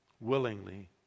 willingly